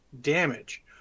damage